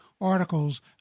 articles